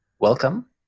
Welcome